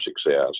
success